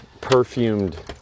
perfumed